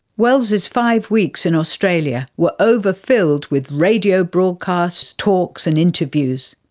wells's five weeks in australia were overfilled with radio broadcasts, talks and interviews.